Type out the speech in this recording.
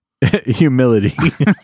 humility